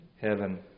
heaven